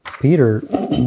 Peter